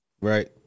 right